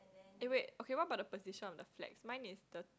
eh wait okay what about the position of the flags mine is the